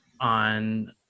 on